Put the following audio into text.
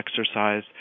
exercise